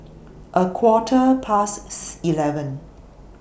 A Quarter pasts eleven